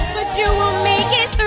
you will make it through,